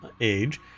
age